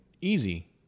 easy